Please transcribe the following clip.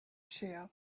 shear